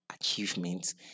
achievements